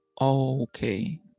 Okay